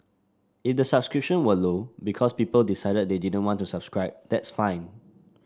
if the subscription were low because people decided they didn't want to subscribe that's fine